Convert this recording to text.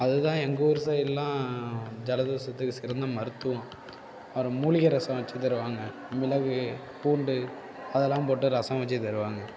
அதுதான் எங்கூர் சைடுலாம் ஜலதோஷத்துக்கு சிறந்த மருத்துவம் அப்புறம் மூலிகை ரசம் வச்சு தருவாங்க மிளகு பூண்டு அதல்லாம் போட்டு ரசம் வச்சு தருவாங்க